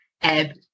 ebb